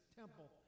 temple